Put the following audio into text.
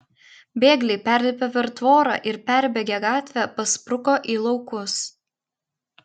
bėgliai perlipę per tvorą ir perbėgę gatvę paspruko į laukus